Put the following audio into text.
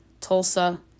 Tulsa